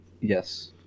Yes